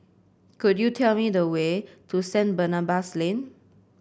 could you tell me the way to Saint Barnabas Lane